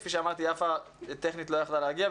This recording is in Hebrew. כפי שאמרתי, יפה טכנית לא יכולה הייתה להגיע.